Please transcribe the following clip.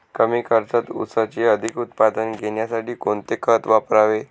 कमी खर्चात ऊसाचे अधिक उत्पादन घेण्यासाठी कोणते खत वापरावे?